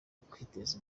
kwiteza